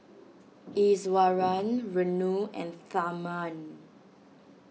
Iswaran Renu and Tharman